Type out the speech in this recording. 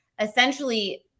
essentially